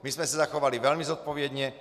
My jsme se zachovali velmi zodpovědně.